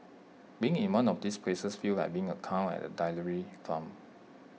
being in one of these places feels like being A cow at A dairy farm